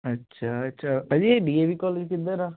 ਅੱਛਾ ਅੱਛਾ ਭਾਅ ਜੀ ਇਹ ਡੀ ਏ ਵੀ ਕੋਲਜ ਕਿੱਧਰ ਆ